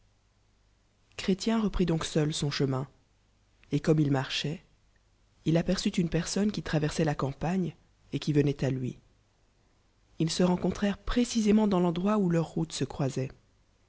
reprit donc seul sonchemin et comme il marchoit il aperçut une personne qui traversoit la campagne et qui veluloit lui ils se j ebcontrèrent précisémenidans lendroit où leur route se croisoit